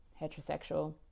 heterosexual